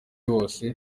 hose